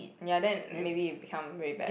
ya then maybe it become very bad